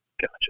Gotcha